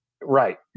Right